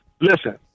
listen